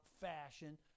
fashion